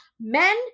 Men